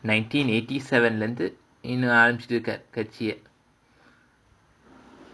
nineteen eighty seven lah இருந்து இன்னும் ஆரம்பிச்சிட்டுருக்காரு கட்சிய:irunthu innum arambichitrukkaaru katchiya